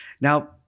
Now